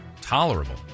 tolerable